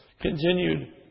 continued